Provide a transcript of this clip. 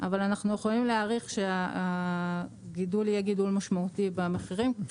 אבל אנחנו יכולים להעריך שהגידול יהיה משמעותי במחירים.